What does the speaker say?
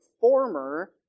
former